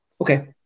Okay